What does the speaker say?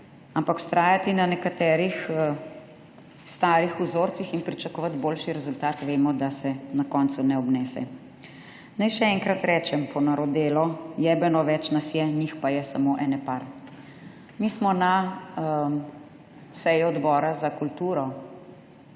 ampak vztrajati na nekaterih starih vzorcih in pričakovati boljši rezultat, vemo, da se na koncu ne obnese. Naj še enkrat rečem ponarodelo: jebeno več nas je, njih pa je samo ene par. Mi smo na seji odbora za kulturo